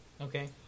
Okay